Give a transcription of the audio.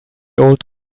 old